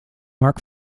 mark